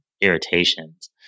irritations